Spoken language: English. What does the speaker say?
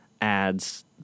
Ads